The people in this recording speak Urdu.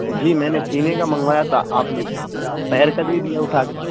جی میں نے سینے کا منگوایا تھا آپ نے پیر کا دے دیا اٹھا کے